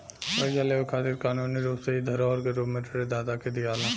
कर्जा लेवे खातिर कानूनी रूप से इ धरोहर के रूप में ऋण दाता के दियाला